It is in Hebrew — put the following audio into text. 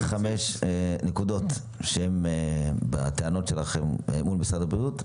ציינת כאן חמש נקודות בטענות שלכם מול משרד הבריאות.